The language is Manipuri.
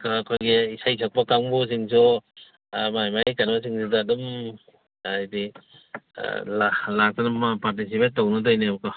ꯀꯩꯅꯣ ꯑꯩꯈꯣꯏꯒꯤ ꯏꯁꯩ ꯁꯛꯄ ꯀꯥꯡꯒꯨꯁꯤꯡꯁꯨ ꯃꯥꯒꯤ ꯃꯥꯒꯤ ꯀꯩꯅꯣꯁꯤꯡꯗꯨꯗ ꯑꯗꯨꯝ ꯍꯥꯏꯗꯤ ꯂꯥꯛꯇꯅ ꯃꯃꯥꯡꯗ ꯄꯥꯔꯇꯤꯁꯤꯄꯦꯠ ꯇꯧꯗꯅ ꯇꯧꯔꯤꯅꯦꯕꯀꯣ